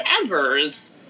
ever's